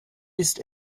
ist